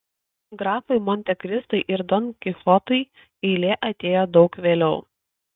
grafui montekristui ir don kichotui eilė atėjo daug vėliau